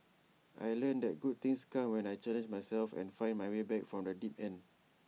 I learnt that good things come when I challenge myself and find my way back from the deep end